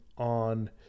on